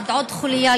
עוד חוליה,